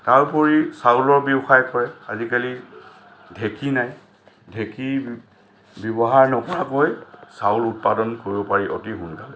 তাৰ উপৰি চাউলৰ ব্যৱসায় কৰে আজিকালি ঢেঁকী নাই ঢেঁকী ব্যৱহাৰ নোহোৱাকৈ চাউল উৎপাদন কৰিব পাৰি অতি সোনকালে